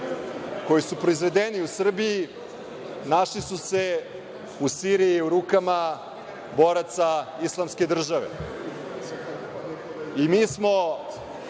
koji su proizvedeni u Srbiji, našli su se u Siriji u rukama boraca islamske države. Mi smo,